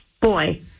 Boy